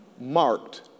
marked